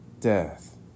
death